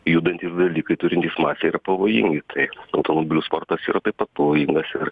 judantys dalykai turintys masę yra pavojingi tai automobilių sportas yra taip pat pavojingas ir